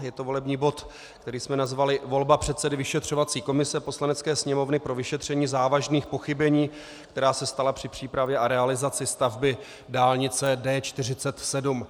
Je to volební bod, který jsme nazvali volba předsedy vyšetřovací komise Poslanecké sněmovny pro vyšetření závažných pochybení, která se stala při přípravě a realizaci stavby dálnice D47.